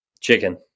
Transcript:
Chicken